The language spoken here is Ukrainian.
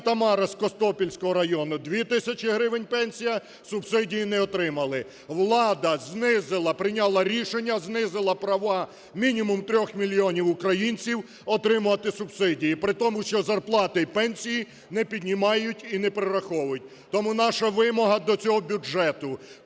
Тамара з Костопільського району: 2 тисячі гривень пенсія – субсидії не отримали. Влада знизила, прийняла рішення, знизила права мінімум 3 мільйонів українців отримувати субсидії, при тому, що зарплати і пенсії не піднімають і не перераховують. Тому наша вимога до цього бюджету